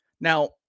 Now